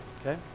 okay